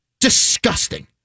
disgusting